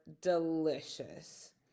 delicious